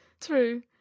True